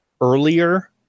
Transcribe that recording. earlier